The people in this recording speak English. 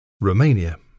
Romania